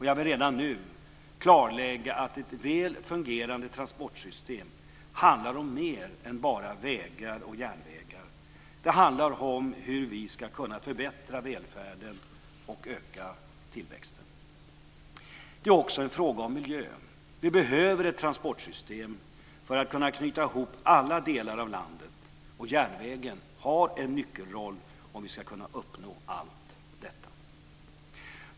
Jag vill redan nu klarlägga att ett väl fungerande transportsystem handlar om mer än bara vägar och järnvägar. Det handlar om hur vi ska kunna förbättra välfärden och öka tillväxten. Det är också en fråga om miljö. Vi behöver ett transportsystem för att kunna knyta ihop alla delar av landet. Järnvägen har en nyckelroll om vi ska kunna uppnå allt detta.